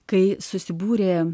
kai susibūrė